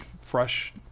Fresh